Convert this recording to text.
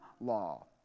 law